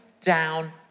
down